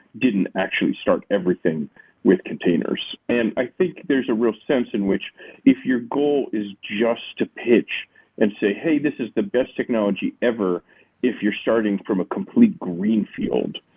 didn't actually start everything with containers. and i think there's a real sense in which if your goal is just to pitch and say, hey, this is the best technology ever if you're starting from a complete greenfield.